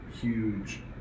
huge